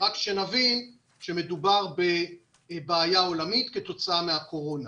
רק שנבין שמדובר בבעיה עולמית בגלל הקורונה